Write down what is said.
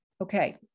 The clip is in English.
Okay